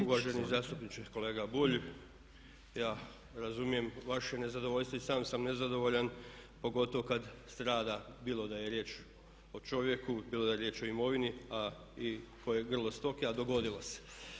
Evo uvaženi zastupniče kolega Bulj ja razumijem vaše nezadovoljstvo, i sam sam nezadovoljan pogotovo kad strada bilo da je riječ o čovjeku, bilo da je riječ o imovini, a i koje grlo stoke, a dogodilo se.